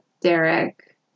Derek